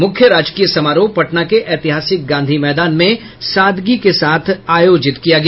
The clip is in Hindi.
मूख्य राजकीय समारोह पटना के ऐतिहासिक गांधी मैदान में सादगी के साथ आयोजित किया गया